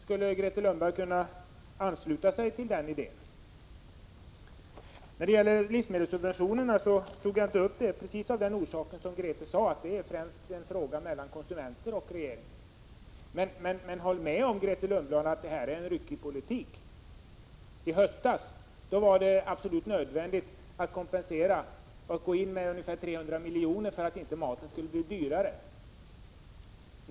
Skulle Grethe Lundblad kunna ansluta sig till den idén? Frågan om livsmedelssubventionerna tog jag inte upp precis av den orsak som Grethe Lundblad angav, nämligen att detta främst är en fråga mellan konsumenterna och regeringen. Men håll med om, Grethe Lundblad, att det härvidlag är en ryckig politik. I höstas var det absolut nödvändigt att gå in med ungefär 300 miljoner som kompensation för att maten inte skulle bli dyrare.